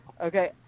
Okay